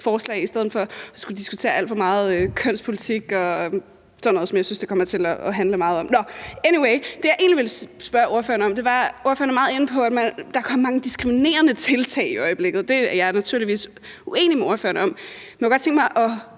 for at vi skal til at diskutere alt for meget kønspolitik og sådan noget, som jeg synes det kommer til at handle meget om. Det, jeg egentlig ville spørge om, handler om, at ordføreren er meget inde på, at der kommer mange diskriminerende tiltag i øjeblikket. Det er jeg naturligvis uenig med ordføreren i, men jeg kunne godt tænke mig at